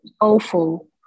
awful